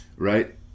Right